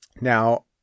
Now